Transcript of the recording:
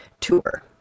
tour